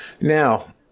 Now